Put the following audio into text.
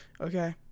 Okay